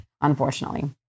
Unfortunately